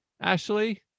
Ashley